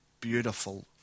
beautiful